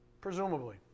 presumably